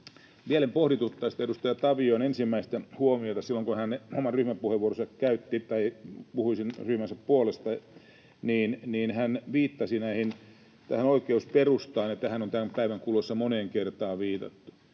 vielä pohdituttaa sitä edustaja Tavion ensimmäistä huomiota silloin, kun hän ryhmäpuheenvuoronsa puhui ryhmänsä puolesta. Hän viittasi tähän oikeusperustaan, ja tähän on tämän päivän kuluessa moneen kertaan viitattu.